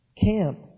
camp